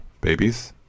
babies